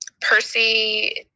Percy